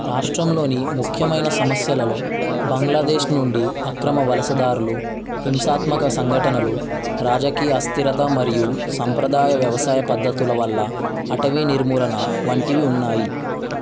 రాష్ట్రంలోని ముఖ్యమైన సమస్యలలో బంగ్లాదేశ్ నుండి అక్రమ వలసదారులు హింసాత్మక సంఘటనలు రాజకీయ అస్థిరత మరియు సంప్రదాయ వ్యవసాయ పద్ధతుల వల్ల అటవీ నిర్మూలన వంటివి ఉన్నాయి